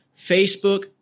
Facebook